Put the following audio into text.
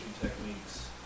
techniques